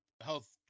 health